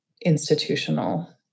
institutional